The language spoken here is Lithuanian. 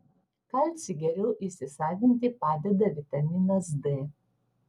kalcį geriau įsisavinti padeda vitaminas d